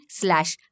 slash